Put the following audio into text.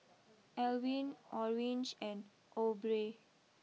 Elwin Orange and Aubrey